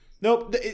Nope